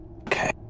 Okay